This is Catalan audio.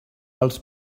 els